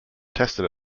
tested